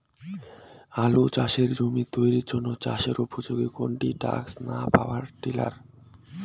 আলু চাষের জমি তৈরির জন্য চাষের উপযোগী কোনটি ট্রাক্টর না পাওয়ার টিলার?